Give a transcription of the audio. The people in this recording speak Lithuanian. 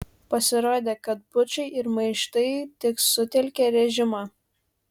pasirodė kad pučai ir maištai tik sutelkia režimą